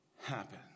happen